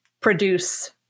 produce